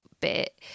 bit